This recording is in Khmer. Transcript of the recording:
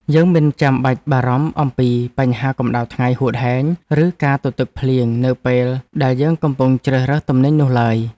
យើងមិនចាំបាច់បារម្ភអំពីបញ្ហាកម្ដៅថ្ងៃហួតហែងឬការទទឹកភ្លៀងនៅពេលដែលយើងកំពុងជ្រើសរើសទំនិញនោះឡើយ។